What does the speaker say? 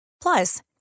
Plus